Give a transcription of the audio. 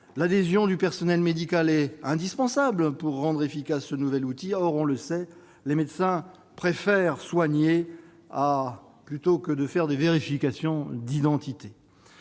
l'adhésion du personnel médical est indispensable pour rendre efficace ce nouvel outil, les médecins, nous le savons, préfèrent soigner plutôt que de procéder à des vérifications d'identité.